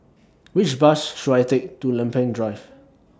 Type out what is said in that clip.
Which Bus should I Take to Lempeng Drive